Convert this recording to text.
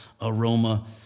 aroma